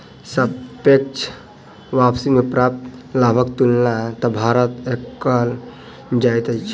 सापेक्ष वापसी में प्राप्त लाभक तुलना तय लाभ सॅ कएल जाइत अछि